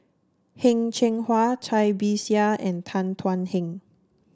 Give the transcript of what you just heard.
Heng Cheng Hwa Cai Bixia and Tan Thuan Heng